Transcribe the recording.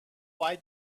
why